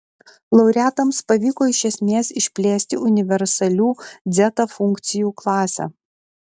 laureatams pavyko iš esmės išplėsti universalių dzeta funkcijų klasę